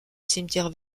cimetière